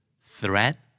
Threat